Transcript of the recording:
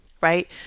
right